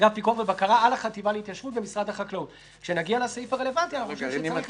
הממשלה הבהרתי בישיבה הקודמת -- אני מצטער.